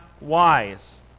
wise